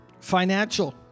Financial